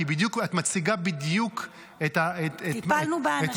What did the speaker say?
כי את מציגה בדיוק -- טיפלנו באנשים,